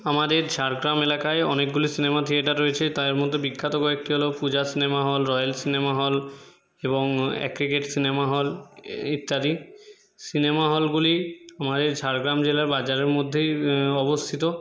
আমাদের ঝাড়গ্রাম এলাকায় অনেকগুলি সিনেমা থিয়েটার রয়েছে তার মধ্যে বিখ্যাত কয়েকটি হলো Puja cinema hall royal cinema hall এবং অ্যাগ্রিগেট সিনেমা হল ইত্যাদি সিনেমা হলগুলি মাঝে ঝাড়গ্রাম জেলার বাজারের মধ্যেই অবস্থিত